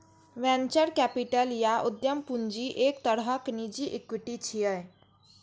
venture capital या उद्यम पूंजी एक तरहक निजी इक्विटी छियै